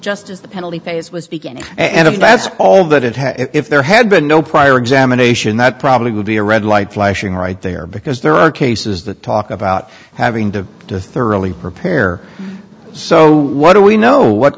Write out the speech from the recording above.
as the penalty phase was beginning and if that's all that it had if there had been no prior examination that probably would be a red light flashing right there because there are cases that talk about having to thoroughly prepare so what do we know what